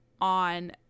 on